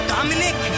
Dominic